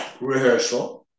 rehearsal